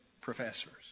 professors